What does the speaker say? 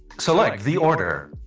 select the order.